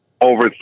over